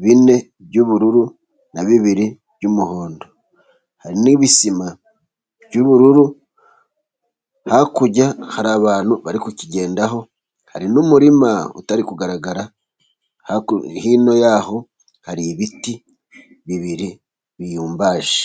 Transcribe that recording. bine by'ubururu, na bibiri by'umuhondo. Hari n'ibisima by'ubururu, hakurya hari abantu bari kukigendaho, hari n'umurima utari kugaragara hakurya, hino ya ho hari, ibiti bibiri biyumbaje.